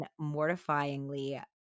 mortifyingly